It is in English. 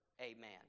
amen